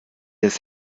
das